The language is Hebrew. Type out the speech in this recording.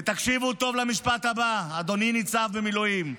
ותקשיבו טוב למשפט הבא, אדוני ניצב במילואים,